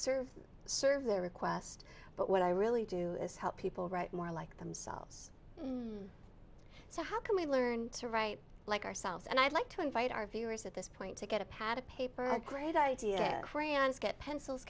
serve serve their request but what i really do is help people write more like themselves so how can we learn to write like ourselves and i'd like to invite our viewers at this point to get a pad of paper and great idea crayons get pencils